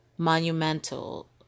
monumental